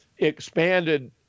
expanded